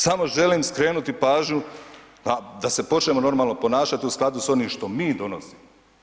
Samo želim skrenuti pažnju da se počnemo normalno ponašati u skladu s onim što mi donosimo.